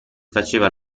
faceva